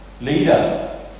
Leader